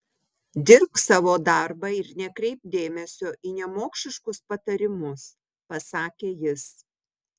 dirbk savo darbą ir nekreipk dėmesio į nemokšiškus patarimus pasakė jis